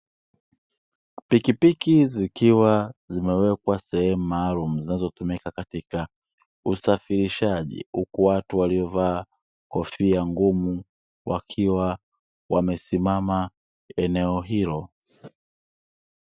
Pikipiki zikiwa zimewekwa sehemu maalumu zinazotumika katika usafirishaji huku watu, waliovaa kofia ngumu wakiwa wamesimama eneo hilo.